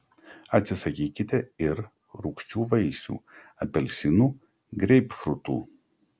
atsisakykite ir rūgčių vaisių apelsinų greipfrutų